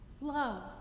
Love